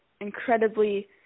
incredibly